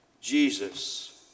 Jesus